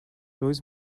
louis